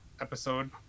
episode